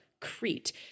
Crete